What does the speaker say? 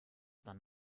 dann